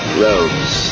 roads